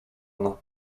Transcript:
ona